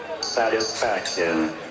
Satisfaction